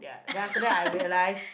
then after that I realise